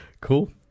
cool